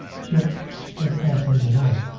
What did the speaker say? ships that pass in the night,